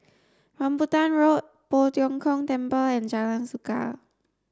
Rambutan Road Poh Tiong Kiong Temple and Jalan Suka